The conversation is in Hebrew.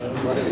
כן.